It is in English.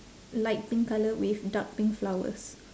light pink colour with dark pink flowers